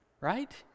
right